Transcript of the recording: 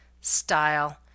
style